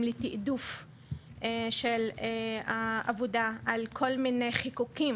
לתיעדוף של העבודה על כל מיני חיקוקים